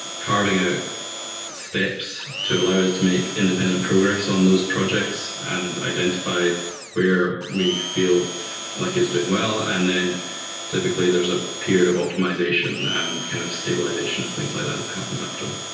carving out ah steps to allow us to make independent progress on those projects and identify where we feel like it's doing well. and then typically there's a period of optimization and kind of stabilization and things like that happens after